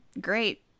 great